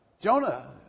Jonah